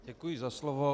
Děkuji za slovo.